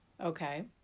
Okay